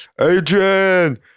Adrian